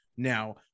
Now